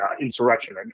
insurrection